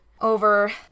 over